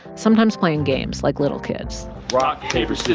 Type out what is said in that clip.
sometimes playing games like little kids rock, paper, scissors,